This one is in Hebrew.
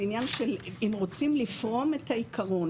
זה עניין של אם רוצים לפרום את העיקרון